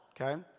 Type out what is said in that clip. Okay